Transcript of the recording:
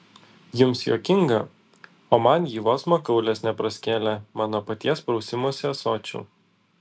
jums juokinga o man ji vos makaulės neperskėlė mano paties prausimosi ąsočiu